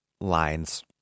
lines